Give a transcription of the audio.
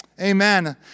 Amen